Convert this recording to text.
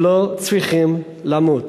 הם לא צריכים למות.